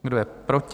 Kdo je proti?